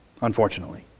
unfortunately